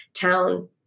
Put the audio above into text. town